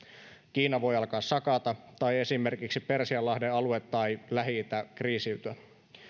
kiina voi alkaa sakata tai esimerkiksi persianlahden alue tai lähi itä kriisiytyä